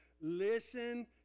Listen